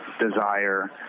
desire